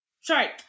Sorry